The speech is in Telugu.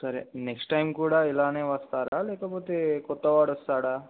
సరే నెక్స్ట్ టైం కూడా ఇలానే వస్తారా లేకపోతే కొత్తవాడు వస్తాడా